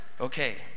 okay